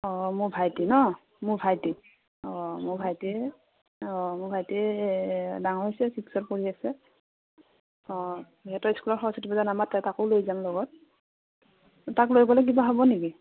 অঁ মোৰ ভাইটি ন মোৰ ভাইটি অঁ মোৰ ভাইটি অঁ মোৰ ভাইটি ডাঙৰ হৈছে ছিক্সত পঢ়ি আছে অঁ সিহঁতৰ স্কুলত সৰস্বতী পূজা নাপাতে তাকো লৈ যাম লগত তাক লৈ গ'লে কিবা হ'ব নেকি